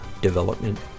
development